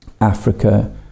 Africa